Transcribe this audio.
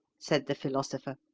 said the philosopher.